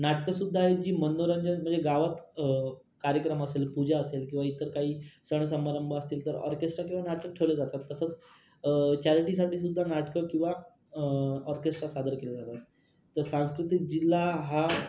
नाटकंसुद्धा ही जी मनोरंजन म्हणजे गावात कार्यक्रम असेल पूजा असेल किंवा इतर काही सण समारंभ असतील तर ऑर्केस्ट्रा किंवा नाटक ठेवलं जातात तसंच चॅरिटीसाठी सुद्धा नाटकं किंवा ऑर्केस्ट्रा सादर केले जातात तर सांस्कृतिक जिल्हा हा